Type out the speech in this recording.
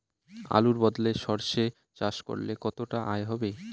আলুর বদলে সরষে চাষ করলে কতটা আয় হবে?